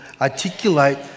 articulate